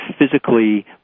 physically